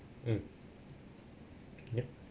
mm yup